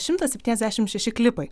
šimtas septyniasdešim šeši klipai